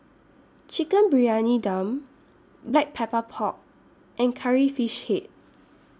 Chicken Briyani Dum Black Pepper Pork and Curry Fish Head